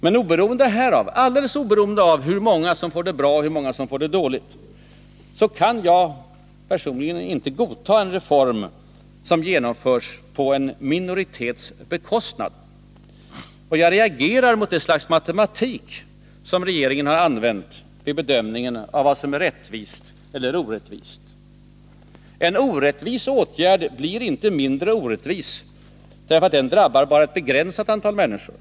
Men alldeles oberoende av hur många som får det bra och hur många som får det dåligt, kan jag personligen inte godta en reform som genomförs på en minoritets bekostnad. Och jag reagerar mot det slags matematik som regeringen använt vid bedömningen av vad som är rättvist och orättvist. En orättvis åtgärd blir inte mindre orättvis därför att den drabbar bara ett begränsat antal människor.